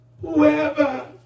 whoever